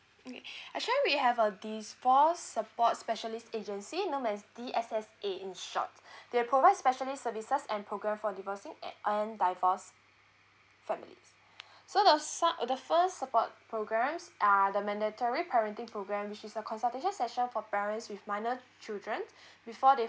okay actually we have a divorce support specialist agency known as D_S_S_A in short they provide specialist services and program for divorcing and divorced family so the start the first support programs are mandatory parenting program which is a consultation session for parents with minor children before they